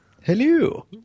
Hello